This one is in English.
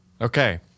Okay